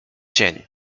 cień